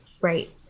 Right